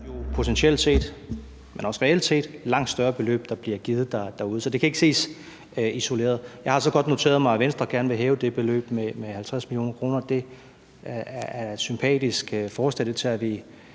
potentielt set, men også reelt set langt større beløb, der bliver givet derude – så det kan ikke ses isoleret. Jeg har så godt noteret mig, at Venstre gerne vil hæve det beløb med 50 mio. kr. Det er et sympatisk forslag, og det